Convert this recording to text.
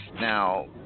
Now